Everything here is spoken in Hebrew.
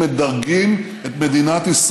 אני תכף אענה לך.